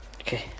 okay